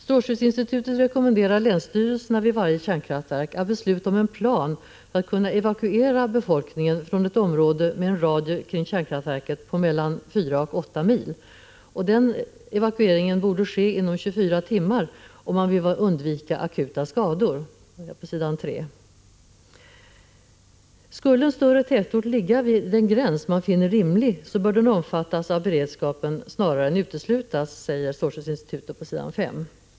Strålskyddsinstitutet rekommenderar länsstyrelserna vid varje kärnkraftverk att besluta om en plan att kunna evakuera befolkningen från ett område med en radie kring kärnkraftverket på mellan 4 och 8 mil. Evakueringen bör ske inom 24 timmar om man vill undvika akuta skador — den uppgiften återfinns på s. 3. Skulle en större tätort ligga vid den gräns man finner rimlig bör den omfattas av beredskapen snarare än uteslutas, säger strålskyddsinstitutet på s. 5.